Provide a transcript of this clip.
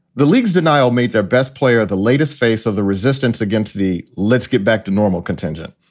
the league's denial made their best player the latest face of the resistance against the. let's get back to normal contingent,